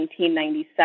1997